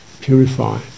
purify